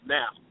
now